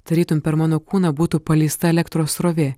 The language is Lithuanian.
tarytum per mano kūną būtų paleista elektros srovė